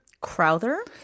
Crowther